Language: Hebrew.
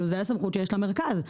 זו הסמכות שיש למרכז.